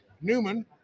Newman